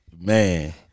Man